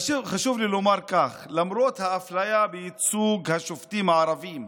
חשוב לי לומר כך: למרות האפליה בייצוג השופטים הערבים,